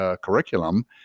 curriculum